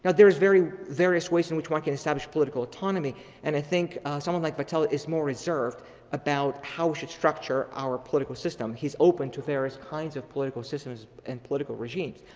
but there's very various ways in which one can establish political autonomy and i think someone like vattel is more reserved about how he should structure our political system. he's open to various kinds of political systems and political regimes.